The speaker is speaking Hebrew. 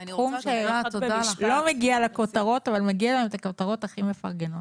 זה תחום שלא מגיע לכותרות אבל מגיע להן הכותרות הכי מפרגנות.